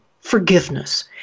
forgiveness